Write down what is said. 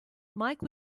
mike